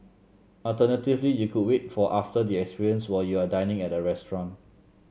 alternatively you could wait for after the experience while you are dining at a restaurant